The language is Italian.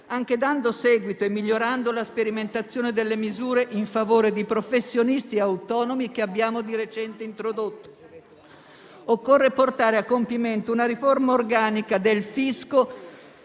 anche dando seguito e migliorando la sperimentazione delle misure in favore di professionisti autonomi che abbiamo di recente introdotto. Occorre portare a compimento una riforma organica del fisco